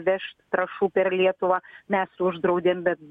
vežt trąšų per lietuvą mes uždraudėm bet